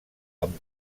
amb